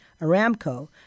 Aramco